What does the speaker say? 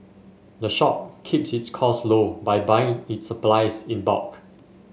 the shop keeps its costs low by buying its supplies in bulk